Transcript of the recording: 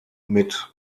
mit